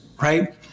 right